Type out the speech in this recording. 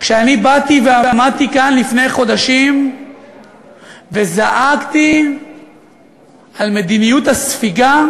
כשאני באתי ועמדתי כאן לפני חודשים וזעקתי על מדיניות הספיגה,